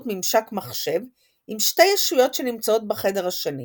ממשק מחשב עם שתי ישויות שנמצאות בחדר השני,